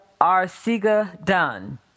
Arcega-Dunn